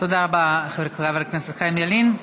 תודה רבה, חבר הכנסת חיים ילין.